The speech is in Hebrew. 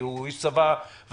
כי הוא איש צבא ותיק,